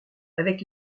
avec